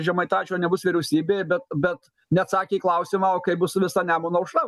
žemaitaičio nebus vyriausybėje bet bet neatsakė į klausimą o kaip bus su visa nemuno aušra